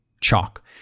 chalk